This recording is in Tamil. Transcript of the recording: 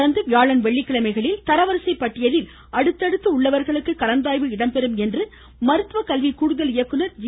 தொடர்ந்து வியாழன் வெள்ளிக்கிழமைகளில் தரவரிசைப்பட்டியலில் அடுத்தடுத்து உள்ளவர்களுக்கு கலந்தாய்வு நடைபெறும் என்று மருத்துவ கல்வி கூடுதல் இயக்குனர் ஐி